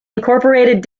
incorporated